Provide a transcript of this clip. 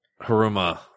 Haruma